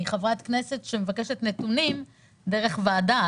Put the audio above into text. אני חברת כנסת שמבקשת נתונים דרך ועדה,